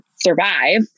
survive